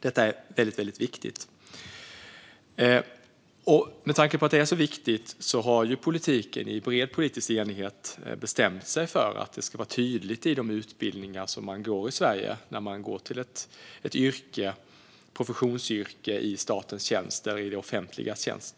Detta är väldigt viktigt, och med tanke på att det är så viktigt har politiken i bred politisk enighet bestämt att det ska vara tydligt i de utbildningar man går i Sverige när man går till ett professionsyrke i statens tjänst eller i det offentligas tjänst.